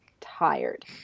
tired